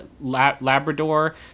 Labrador